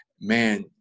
man